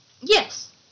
Yes